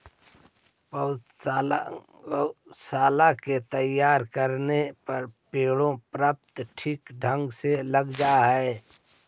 पौधशाला में तैयार करल पौधे प्रायः ठीक ढंग से लग जावत है